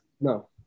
no